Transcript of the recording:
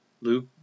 Luke